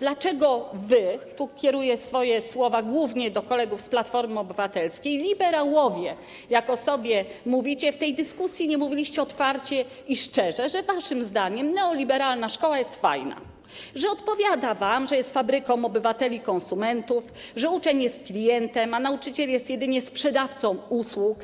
Dlaczego wy - tu kieruję swoje słowa głównie do kolegów z Platformy Obywatelskiej - liberałowie, jak o sobie mówicie, w tej dyskusji nie mówiliście otwarcie i szczerze, że waszym zdaniem neoliberalna szkoła jest fajna, że odpowiada wam to, że jest fabryką obywateli konsumentów, że uczeń jest klientem, a nauczyciel jest jedynie sprzedawcą usług,